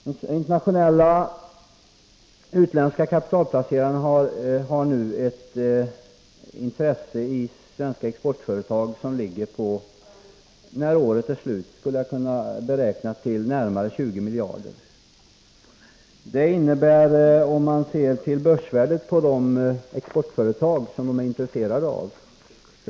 De internationella, utländska kapitalplacerarna har nu ett intresse i svenska exportföretag som när året är slut skulle kunna beräknas till närmare 20 miljarder. Det innebär kanske 18-19 96 av börsvärdet på de exportföretag som de är intresserade av.